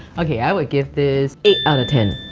okay i would give this. eight out of ten.